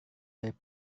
dari